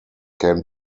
can